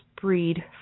breed